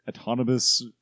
autonomous